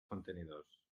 contenidors